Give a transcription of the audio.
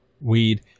weed